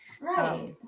Right